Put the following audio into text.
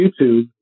YouTube